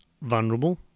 vulnerable